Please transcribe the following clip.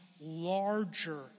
larger